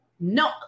no